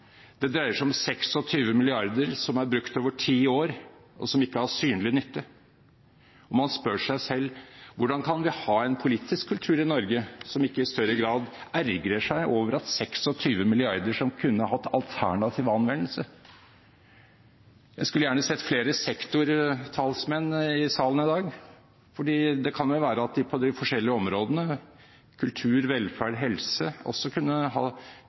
Det dreier seg om 26 mrd. kr som er brukt over ti år, og som ikke har hatt synlig nytte. Man spør seg selv: Hvordan kan vi ha en politisk kultur i Norge der man ikke i større grad ergrer seg over at 26 mrd. kr kunne hatt alternativ anvendelse? Jeg skulle gjerne sett flere sektortalsmenn i salen her i dag, for det kan være at man på de forskjellige områdene, kultur, velferd, helse, også kunne ha